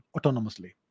autonomously